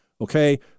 okay